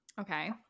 Okay